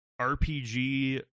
RPG